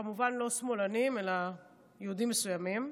כמובן לא שמאלנים אלא יהודים מסוימים.